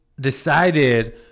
decided